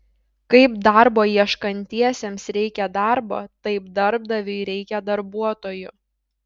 kaip darbo ieškantiesiems reikia darbo taip darbdaviui reikia darbuotojų